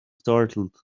startled